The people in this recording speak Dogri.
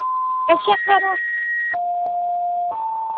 अच्छा खरा